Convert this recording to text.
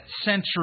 century